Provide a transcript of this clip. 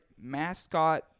mascot